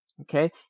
okay